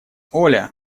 оля